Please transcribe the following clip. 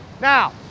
Now